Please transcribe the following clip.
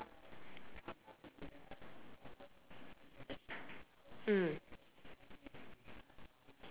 mm